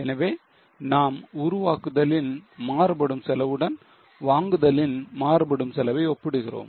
எனவே நாம் உருவாக்குதலின் மாறுபடும் செலவுடன் வாங்குதலின் மாறுபடும் செலவை ஒப்பிடுகிறோம்